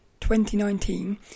2019